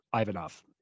Ivanov